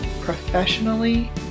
professionally